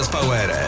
Power